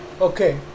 Okay